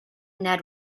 ned